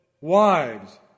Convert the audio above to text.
Wives